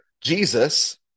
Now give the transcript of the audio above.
Jesus